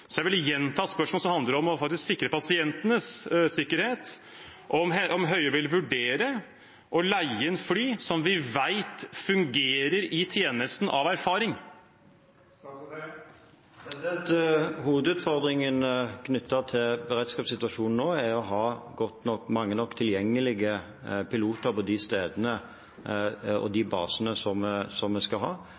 Jeg vil gjenta spørsmålet, som handler om faktisk å sikre pasientenes sikkerhet: Vil Høie vurdere å leie inn fly som vi av erfaring vet fungerer i tjenesten? Hovedutfordringen knyttet til beredskapssituasjonen er nå å ha mange nok tilgjengelige piloter på de stedene og basene som vi skal ha.